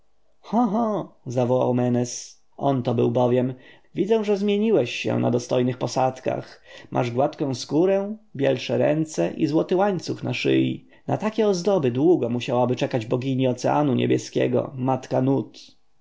ho ho zawołał menes on to był bowiem widzę że zmieniłeś się na dostojnych posadzkach masz gładką skórę bielsze ręce i złoty łańcuch na szyi na takie ozdoby długo musiałaby czekać bogini oceanu niebieskiego matka